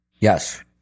Yes